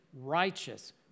righteous